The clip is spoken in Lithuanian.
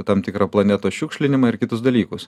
tam tikrą planetos šiukšlinimą ir kitus dalykus